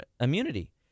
immunity